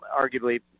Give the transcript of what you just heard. arguably